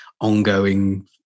ongoing